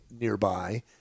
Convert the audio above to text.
nearby